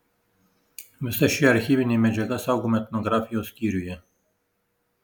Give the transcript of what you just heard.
visa ši archyvinė medžiaga saugoma etnografijos skyriuje